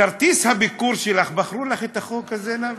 כרטיס הביקור שלך, בחרו לך את החוק הזה, נאוה?